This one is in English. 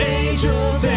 angels